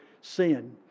sin